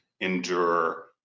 endure